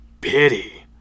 pity